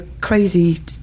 crazy